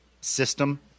system